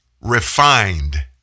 Refined